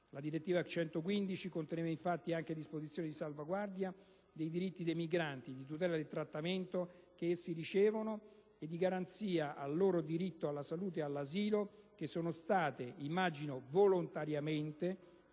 La direttiva n. 115 conteneva infatti anche disposizioni di salvaguardia dei diritti dei migranti, di tutela del trattamento che essi ricevono e di garanzia del loro diritto alla salute e all'asilo, che sono state - immagino volontariamente,